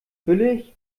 billig